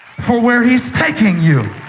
for where he's taking you.